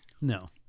No